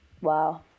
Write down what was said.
Wow